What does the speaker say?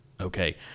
okay